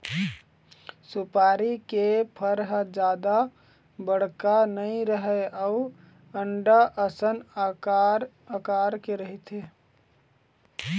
सुपारी के फर ह जादा बड़का नइ रहय अउ अंडा असन अकार के रहिथे